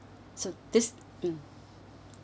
so this mm